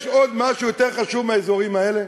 יש משהו יותר חשוב מהאזורים האלה?